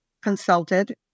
consulted